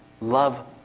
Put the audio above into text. Love